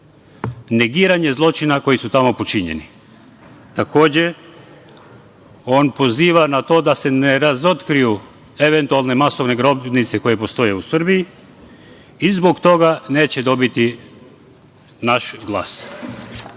negiranje zločina koji su tamo počinjeni. Takođe, on poziva na to da se ne razotkriju eventualne masovne grobnice koje postoje u Srbiji i zbog toga neće dobiti naš glas. Kao